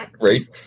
right